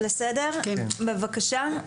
בבקשה,